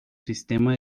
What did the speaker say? sistema